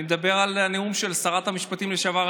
אני מדבר על הנאום של שרת המשפטים לשעבר,